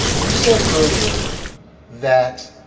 you said earlier that